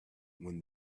when